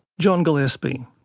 john gillespie.